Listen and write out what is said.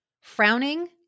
frowning